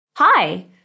Hi